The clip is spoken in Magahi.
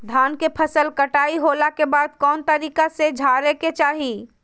धान के फसल कटाई होला के बाद कौन तरीका से झारे के चाहि?